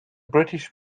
british